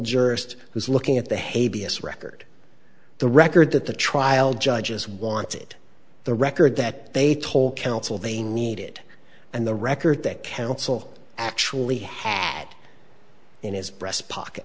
jurist who's looking at the hay vs record the record that the trial judges wanted the record that they told counsel they needed and the record that counsel actually had in his breast pocket